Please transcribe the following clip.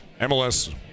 MLS